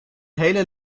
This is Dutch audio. hele